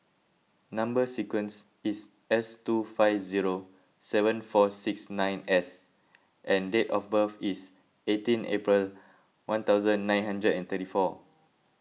Number Sequence is S two five zero seven four six nine S and date of birth is eighteen April one thousand and nine hundred and thirty four